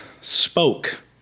spoke